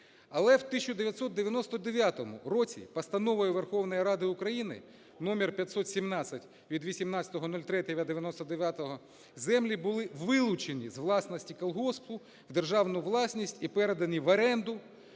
Але в 1999 році Постановою Верховної Ради України № 517 від 18.03.1999 землі були вилучені з власності колгоспу в державну власність і передані в оренду